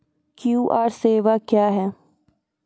QR सेवा क्या हैं?